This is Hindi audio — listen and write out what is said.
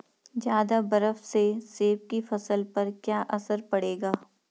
ज़्यादा बर्फ से सेब की फसल पर क्या असर पड़ेगा?